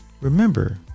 Remember